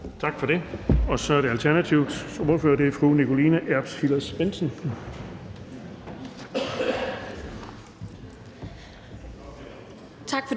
Tak for det. Så er det Alternativets ordfører, og det er fru Nikoline Erbs Hillers-Bendtsen.